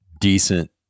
decent